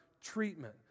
treatment